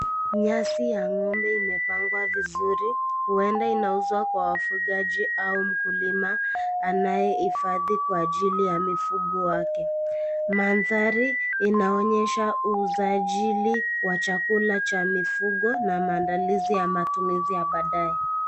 Nyasi ya ng'ombe imepangwa vizuri huenda inauzwa kwa wafugaji ama wakulima anayehifadhi kwa ajili ya mifugo yake. Mandhari inaonyesha uuzaji wa chakula cha mifugo na maandalizi ya matumizi ya badaye.